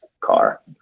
car